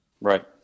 Right